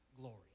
glory